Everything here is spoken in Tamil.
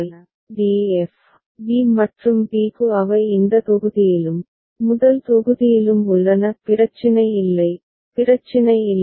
D f b மற்றும் b க்கு அவை இந்த தொகுதியிலும் முதல் தொகுதியிலும் உள்ளன பிரச்சினை இல்லை பிரச்சினை இல்லை